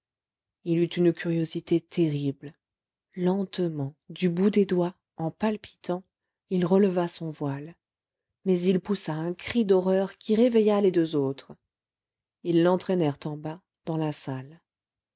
il eut une curiosité terrible lentement du bout des doigts en palpitant il releva son voile mais il poussa un cri d'horreur qui réveilla les deux autres ils l'entraînèrent en bas dans la salle